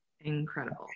Incredible